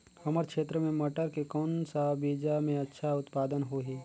हमर क्षेत्र मे मटर के कौन सा बीजा मे अच्छा उत्पादन होही?